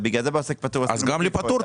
בגלל זה בעוסק פטור --- אז גם לפטור,